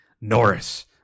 Norris